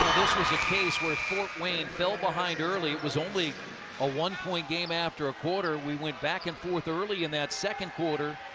this was a case where fort wayne fell behind early. it was only a one-point game after a quarter. went back and forth early in that second quarter.